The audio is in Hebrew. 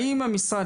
האם המשרד,